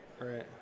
right